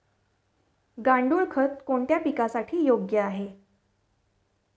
गांडूळ खत कोणत्या पिकासाठी योग्य आहे?